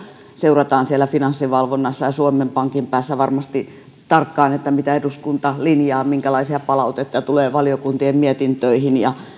seurataan finanssivalvonnassa ja suomen pankin päässä varmasti tarkkaan sitä mitä eduskunta linjaa minkälaista palautetta tulee valiokuntien mietintöihin ja